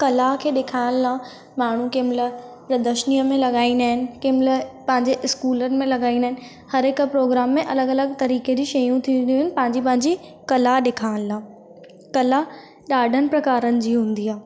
कला खे ॾेखारण लाइ माण्हू केमहिल प्रदशनीअ में लॻाईंदा आहिनि केमहिल पंहिंजे स्कूलनि में लॻाईंदा आहिनि हर हिकु प्रोग्राम में अलॻि अलॻि तरीक़े जी शयूं थींदियूं आहिनि पंहिंजी पंहिंजी कला ॾेखारनि लाइ कला ॾाढनि प्रकारनि जी हूंदी आहे